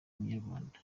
munyarwanda